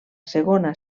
segona